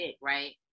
right